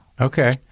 Okay